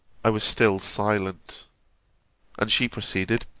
i was still silent and she proceeded